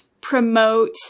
promote